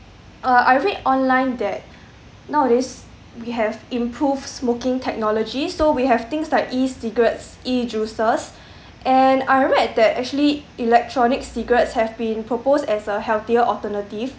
uh I read online that nowadays we have improved smoking technologies so we have things like E cigarettes E juices and I read that actually electronic cigarettes have been proposed as a healthier alternative